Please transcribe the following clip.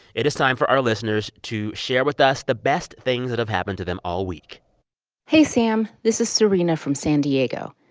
it is time for our listeners to share with us the best things that have happened to them all week hey, sam. this is serena from san diego.